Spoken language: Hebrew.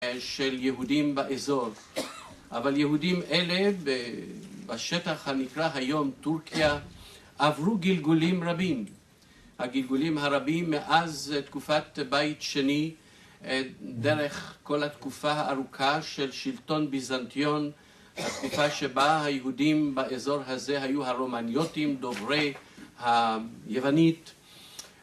של יהודים באזור אבל יהודים אלה בשטח הנקרא היום טורקיה עברו גלגולים רבים הגלגולים הרבים מאז תקופת בית שני דרך כל התקופה הארוכה של שלטון ביזנטיון התקופה שבה היהודים באזור הזה היו הרומניוטים דוברי היוונית